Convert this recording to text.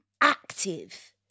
Active